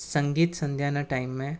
સંગીત સંધ્યાના ટાઈમે